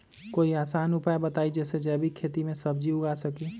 कोई आसान उपाय बताइ जे से जैविक खेती में सब्जी उगा सकीं?